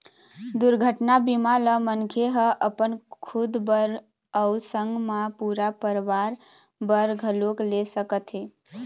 दुरघटना बीमा ल मनखे ह अपन खुद बर अउ संग मा पूरा परवार बर घलोक ले सकत हे